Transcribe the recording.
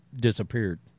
disappeared